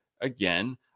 again